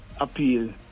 appeal